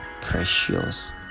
precious